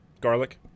Garlic